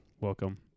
Welcome